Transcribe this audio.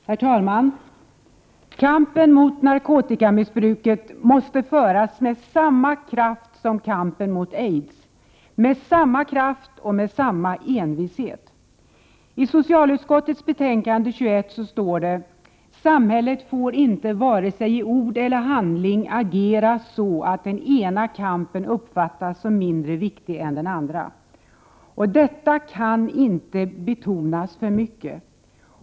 Herr talman! Kampen mot narkotikamissbruket måste föras med samma kraft som kampen mot aids! Med samma kraft och med samma envishet. I socialutskottets betänkande 21 står: ”Samhället får inte vare sig i ord eller handling agera så att den ena kampen uppfattas som mindre viktig än den andra.” Detta kan inte betonas för mycket!